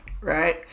right